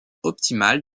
optimale